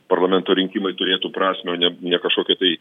parlamento rinkimai turėtų prasmę o ne ne kažkokią tai